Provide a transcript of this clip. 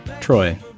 Troy